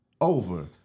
over